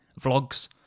vlogs